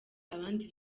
abandi